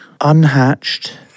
unhatched